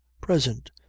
present